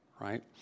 right